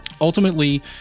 Ultimately